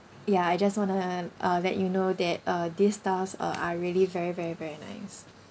ya I just wanna uh let you know that uh this staffs uh are really very very very nice